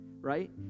Right